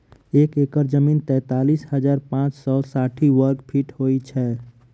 एक एकड़ जमीन तैँतालिस हजार पाँच सौ साठि वर्गफीट होइ छै